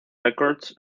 records